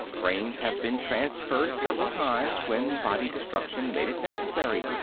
brains have been transferred several times, when body destruction made it necessary.